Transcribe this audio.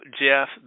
Jeff